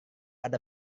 ada